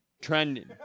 Trending